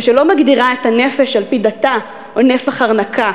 ושלא מגדירה את הנפש על-פי דתה או נפח ארנקה.